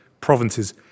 provinces